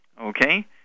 Okay